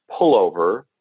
pullover